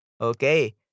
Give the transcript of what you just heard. Okay